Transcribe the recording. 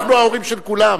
אנחנו ההורים של כולם.